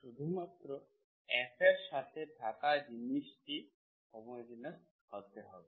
শুধু মাত্র f এর সাথে থাকা জিনিসটি হোমোজেনিয়াস হতে হবে